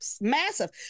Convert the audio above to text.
massive